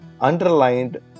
underlined